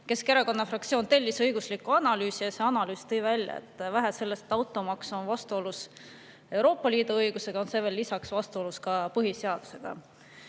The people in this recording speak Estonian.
Keskerakonna fraktsioon tellis õigusliku analüüsi, mis tõi välja, et vähe sellest, et automaks on vastuolus Euroopa Liidu õigusega, on see lisaks vastuolus ka põhiseadusega.